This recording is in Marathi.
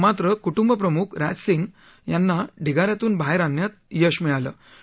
मात्र कुटुंबप्रमुख राजसिंग यांना ढिगाऱ्यातून बाहेर आणण्यात यश मिळतं